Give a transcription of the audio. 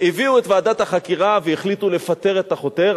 הביאו את ועדת החקירה והחליטו לפטר את החותר,